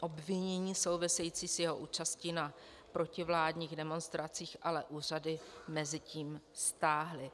Obvinění související s jeho účastí na protivládních demonstracích ale úřady mezitím stáhly.